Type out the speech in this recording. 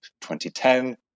2010